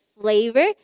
Flavor